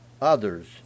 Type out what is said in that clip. others